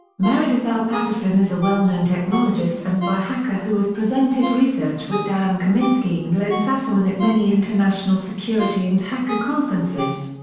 meredith l. patterson is a well-known technologist and biohacker who has presented research with dan kaminsky and len sassaman at many international security and hacker conferences.